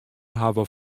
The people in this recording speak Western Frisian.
hawwe